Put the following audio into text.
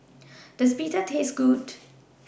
Does Pita Taste Good